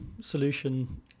solution